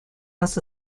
нас